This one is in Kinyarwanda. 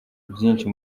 byinshi